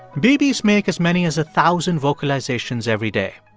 babies make as many as a thousand vocalizations every day.